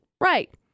Right